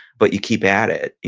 but you keep at it.